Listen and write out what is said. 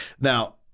now